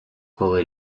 коли